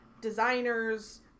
designers